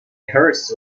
hearst